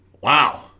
Wow